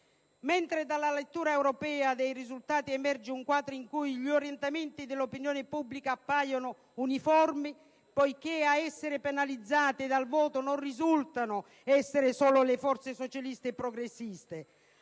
Libertà. Dalla lettura europea dei risultati emerge un quadro in cui gli orientamenti dell'opinione pubblica appaiono uniformi, poiché ad essere penalizzate dal voto non risultano essere soltanto le forze socialiste e progressiste,